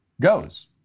goes